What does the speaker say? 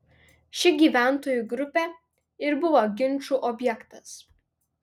ši gyventojų grupė ir buvo ginčų objektas